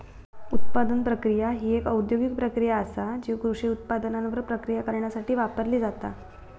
उत्पादन प्रक्रिया ही एक औद्योगिक प्रक्रिया आसा जी कृषी उत्पादनांवर प्रक्रिया करण्यासाठी वापरली जाता